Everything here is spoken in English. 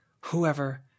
whoever